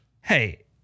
hey